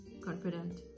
confident